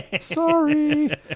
sorry